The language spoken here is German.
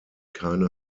keine